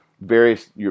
various